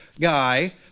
guy